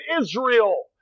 Israel